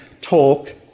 talk